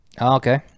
okay